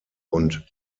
und